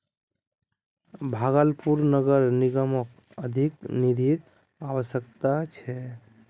भागलपुर नगर निगमक अधिक निधिर अवश्यकता छ